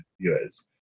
viewers